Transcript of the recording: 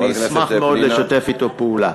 אני אשמח מאוד לשתף אתו פעולה.